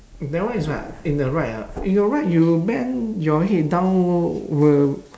that one is what in the ride ah in your ride you bend your head down will